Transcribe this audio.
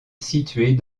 située